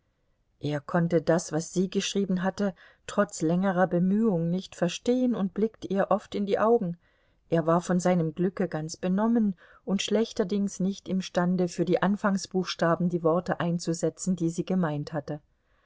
er konnte das was sie geschrieben hatte trotz längerer bemühung nicht verstehen und blickte ihr oft in die augen er war von seinem glücke ganz benommen und schlechterdings nicht imstande für die anfangsbuchstaben die worte einzusetzen die sie gemeint hatte